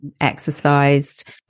exercised